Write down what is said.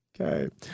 Okay